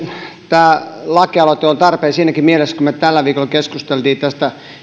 tämä lakialoite on tarpeen siinäkin mielessä kun me tällä viikolla keskustelimme tästä